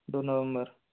दो नवम्बर